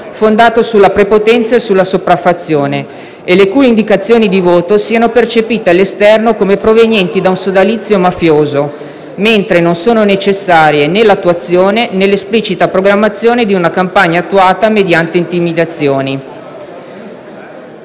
fondato sulla prepotenza e sulla sopraffazione, e le cui indicazioni di voto siano percepite all'esterno come provenienti da un sodalizio mafioso, mentre non sono necessarie né l'attuazione né l'esplicita programmazione di una campagna attuata mediante intimidazioni.